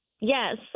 Yes